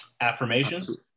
Affirmations